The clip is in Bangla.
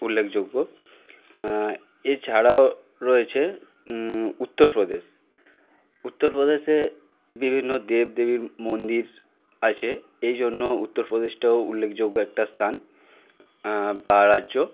উল্লেখযোগ্য এছাড়াও রয়েছে উত্তরপ্রদেশ উত্তরপ্রদেশে বিভিন্ন দেব দেবীর মন্দির আছে এই জন্য উত্তরপ্রদেশটাও উল্লেখযোগ্য একটা স্থান বা রাজ্য